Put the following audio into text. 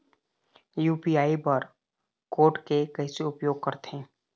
UPI bar code के उपयोग कैसे करथें?